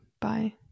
Bye